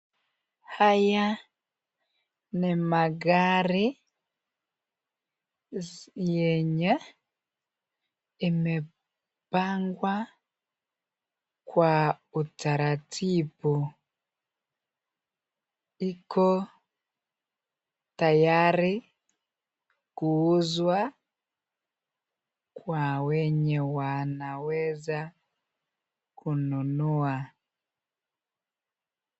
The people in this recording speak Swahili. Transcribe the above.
Haya ni magari yenye imepangwa kwa utaratibu. Iko tayari kuuzwa kwa wenye wanaweza kununua.